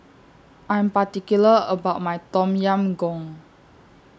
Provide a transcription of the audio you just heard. I'm particular about My Tom Yam Goong